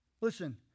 Listen